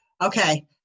Okay